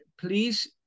please